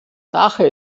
daher